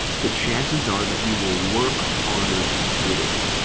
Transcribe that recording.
the chances are that you will work harder to get it.